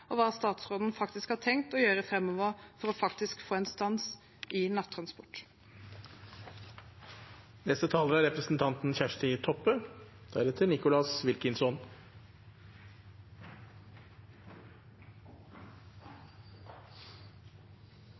og hva statsråden har tenkt å gjøre framover for faktisk å få en stans i